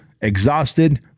exhausted